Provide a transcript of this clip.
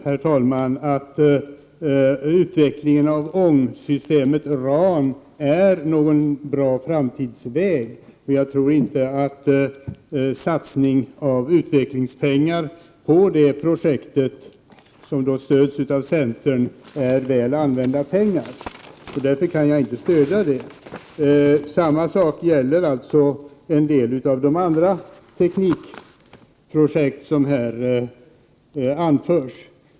Herr talman! Jag tror inte att utvecklingen av RAN-ångdrivsystemet är någon bra framtidsväg, och jag tror inte att det är att använda utvecklingspengarna väl att satsa dem på detta projekt, vilket alltså stöds av centern. Därför kan jag inte heller stödja projektet. Samma sak gäller en del av de andra teknikprojekt som här tas upp.